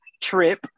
trip